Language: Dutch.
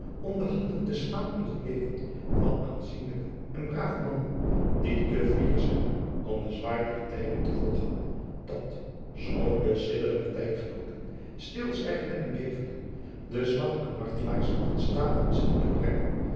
om de handen te slaan aan het leven van aanzienlijke en brave mannen die te fier zijn om den zwaai der tijden te volgen dat schoon de sidderende tijdgenooten stilzwijgende en bevende den slag aan artelaars van taat zien toebrengen